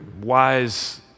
wise